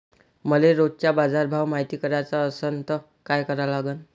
मले रोजचा बाजारभव मायती कराचा असन त काय करा लागन?